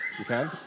okay